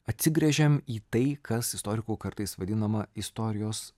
atsigręžėm į tai kas istorikų kartais vadinama istorijos